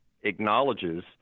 acknowledges